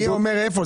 אבל מי אומר איפה?